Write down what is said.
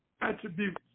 attributes